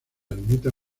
ermita